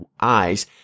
eyes